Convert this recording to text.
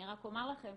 אני רק אומר לכם,